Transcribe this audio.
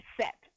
set